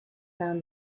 found